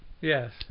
Yes